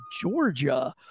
Georgia